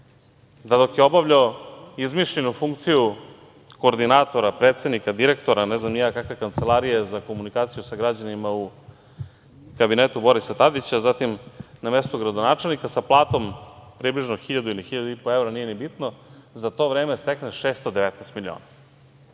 da dok je obavljao izmišljenu funkciju koordinatora predsednika, direktora, ne znam ni ja kakve kancelarije za komunikaciju sa građanima u kabinetu Borisa Tadića, zatim na mestu gradonačelnika, sa platom približno hiljadu ili hiljadu i po evra, nije ni bitno, za to vreme stekneš 619 miliona,